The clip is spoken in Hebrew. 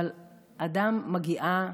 אבל אדם מגיעה